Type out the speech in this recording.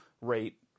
rate